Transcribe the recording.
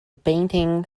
painting